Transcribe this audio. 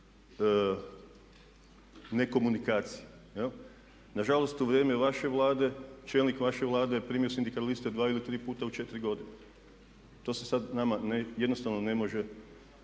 nekomunikacije jel'. Nažalost, u vrijeme vaše Vlade čelnik vaše Vlade je primio sindikaliste dva ili tri puta u 4 godine. To se sad nama jednostavno ne može